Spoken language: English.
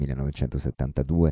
1972